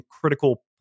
critical